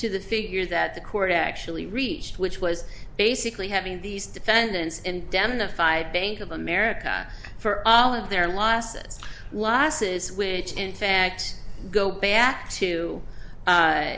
to the figure that the court actually reached which was basically having these defendants and down the fide bank of america for all of their losses losses which in fact go back to